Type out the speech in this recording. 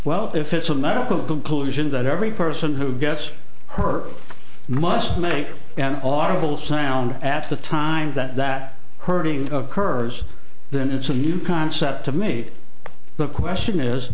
well if it's a medical to pollution that every person who gets her must make an audible sound at the time that that hurting occurs then it's a new concept to me the question is